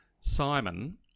Simon